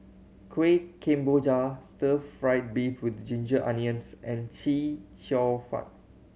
Kuih Kemboja stir fried beef with ginger onions and Chee Cheong Fun